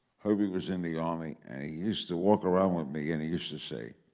herbie was in the army and he used to walk around with me and he used to say,